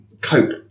cope